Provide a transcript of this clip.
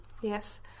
yes